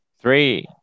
three